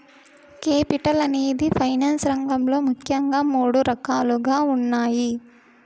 capital అనేది finance రంగంలో ముఖ్యంగా మూడు రకాలుగా ఉన్నాయి